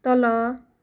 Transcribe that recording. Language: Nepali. तल